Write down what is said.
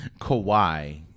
Kawhi